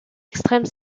extrême